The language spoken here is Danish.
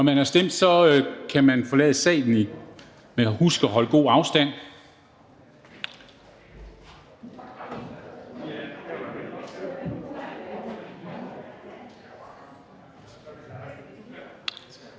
Når man har stemt, kan man forlade salen, man husk at holde god afstand.